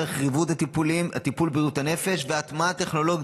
דרך ריבוד הטיפול בבריאות הנפש והטמעת טכנולוגיות,